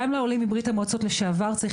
גם לעולים מברית המועצות לשעבר צריך